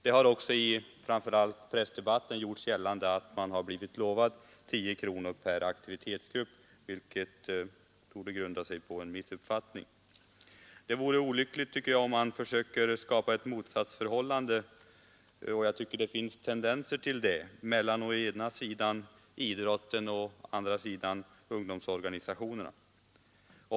Det har också, framför allt i pressdebatten, gjorts gällande att man har blivit lovad 10 kronor per aktivitetsgrupp, vilket torde grunda sig på en missuppfattning. Det vore olyckligt om man försökte skapa ett motsatsförhållande — och jag tycker det finns tendenser till det — mellan å ena sidan idrotten och å andra sidan ungdomsorganisationerna i övrigt.